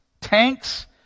tanks